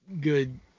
good